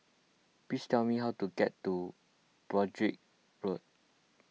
please tell me how to get to Broadrick Road